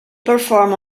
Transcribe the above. performed